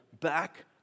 back